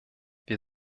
wir